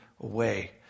away